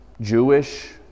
Jewish